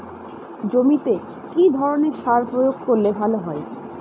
জমিতে কি ধরনের সার প্রয়োগ করলে ভালো হয়?